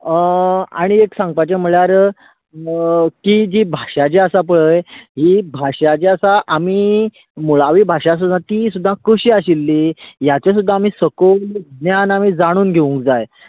आनी एक सांगपाचे म्हणल्यार ती जी भाशा जी आसा पळय ही भाशा जी आसा आमी मुळावी भाशा ती सुध्दां कशी आशिल्ली ह्याचे सुध्दा आमी सकल न्यान आमी जाणून घेवंक जाय